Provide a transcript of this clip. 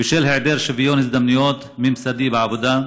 בהיעדר שוויון הזדמנויות ממסדי בעבודה,